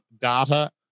data